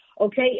okay